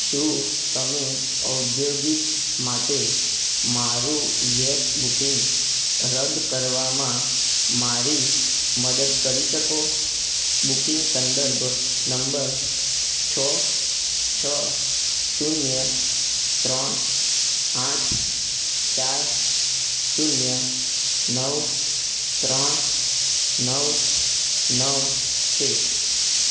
શું તમે ઔદ્યોગિક માટે મારું ગેસ બુકિંગ રદ કરવામાં મારી મદદ કરી શકો બુકિંગ સંદર્ભ નંબર છ છ શૂન્ય ત્રણ આઠ ચાર શૂન્ય નવ ત્રણ નવ નવ છે